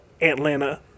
Atlanta